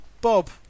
Bob